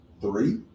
three